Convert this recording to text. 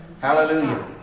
Hallelujah